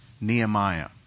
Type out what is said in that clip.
Nehemiah